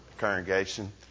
congregation